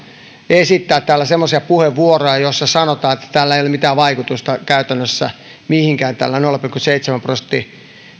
esittää täällä semmoisia puheenvuoroja joissa sanotaan että ei ole mitään vaikutusta käytännössä mihinkään tällä nolla pilkku seitsemän prosentin